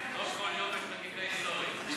לא כל יום יש חקיקה היסטורית.